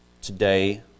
today